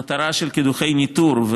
המטרה של קידוחי ניטור,